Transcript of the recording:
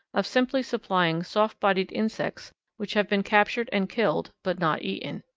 of simply supplying soft-bodied insects which have been captured and killed but not eaten.